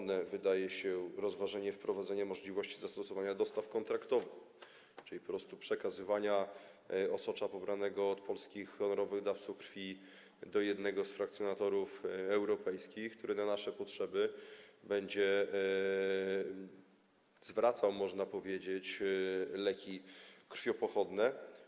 W pierwszym etapie rozsądne wydaje się rozważenie wprowadzenia możliwości zastosowania dostaw kontraktowych, czyli po prostu przekazywania osocza pobranego od polskich honorowych dawców krwi do jednego z frakcjonatorów europejskich, który na nasze potrzeby będzie zwracał, można powiedzieć, leki krwiopochodne.